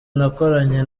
nakoranye